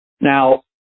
Now